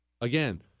Again